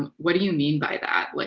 and what do you mean by that? like